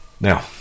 Now